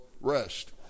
rest